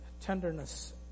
tenderness